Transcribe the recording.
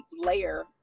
layer